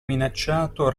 minacciato